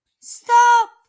stop